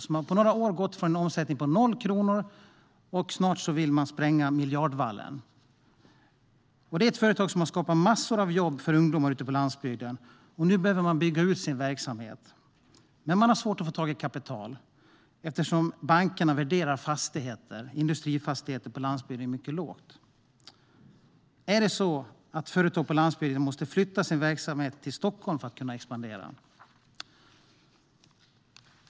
Det har på några år har gått från en omsättning på noll kronor till att vara på väg att spränga miljardvallen. Det är ett företag som har skapat massor av jobb för ungdomar ute på landsbygden. Nu behöver man bygga ut sin verksamhet, men man har svårt att få tag i kapital, eftersom bankerna värderar industrifastigheter på landsbygden mycket lågt. Måste företag på landsbygden flytta sin verksamhet till Stockholm för att kunna expandera?